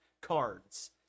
cards